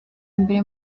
mbere